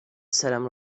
سرم